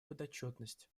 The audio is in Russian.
подотчетность